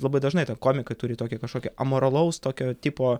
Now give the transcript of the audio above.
labai dažnai ta komikai turi tokį kažkokį amoralaus tokio tipo